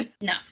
No